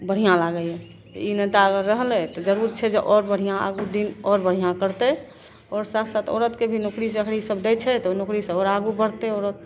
बढ़िआँ लागैए ई नेता रहलै तऽ जरूर छै आओर बढ़िआँ आगू दिन आओर बढ़िआँ करतै आओर साथ साथ औरतके भी नौकरी चाकरी सब दै छै तऽ ओ नौकरीसे आओर आगू बढ़तै औरत